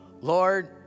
Lord